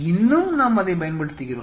இன்னும் நாம் அதைப் பயன்படுத்துகிறோம்